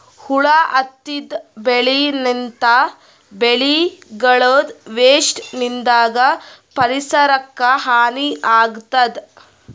ಹುಳ ಹತ್ತಿದ್ ಬೆಳಿನಿಂತ್, ಬೆಳಿಗಳದೂ ವೇಸ್ಟ್ ನಿಂದಾಗ್ ಪರಿಸರಕ್ಕ್ ಹಾನಿ ಆಗ್ತದ್